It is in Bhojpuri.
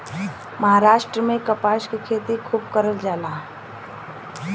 महाराष्ट्र में कपास के खेती खूब करल जाला